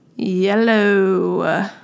Yellow